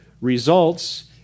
results